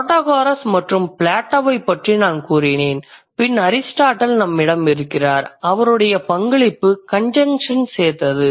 Protagoras மற்றும் பிளேட்டோவைப் பற்றி நான் கூறினேன் பின் அரிஸ்டாட்டில் நம்மிடம் இருக்கிறார் அவருடைய பங்களிப்பு கன்ஜென்க்ஷன்ஸ் சேர்த்தது